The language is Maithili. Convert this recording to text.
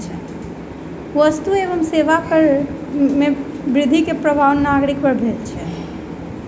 वस्तु एवं सेवा कर में वृद्धि के प्रभाव नागरिक पर भेल अछि